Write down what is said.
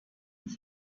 many